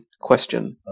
question